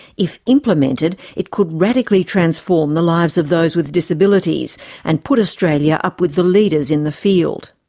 if implemented, it could radically transform the lives of those with disabilities and put australia up with the leaders in the field.